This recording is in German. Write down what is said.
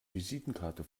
visitenkarte